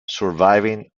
surviving